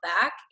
back